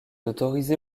autorisée